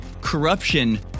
corruption